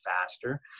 faster